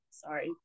sorry